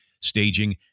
staging